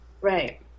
right